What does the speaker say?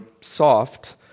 soft